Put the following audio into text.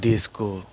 देशको